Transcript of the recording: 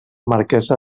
marquesa